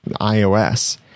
iOS